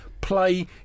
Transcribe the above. play